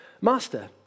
Master